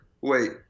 wait